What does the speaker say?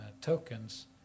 tokens